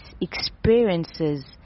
Experiences